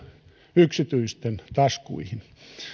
yksityisten taskuihin